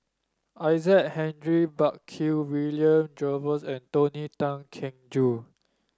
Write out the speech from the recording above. Isaac Henry Burkill William Jervois and Tony Tan Keng Joo